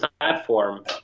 platform